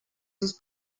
sus